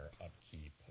upkeep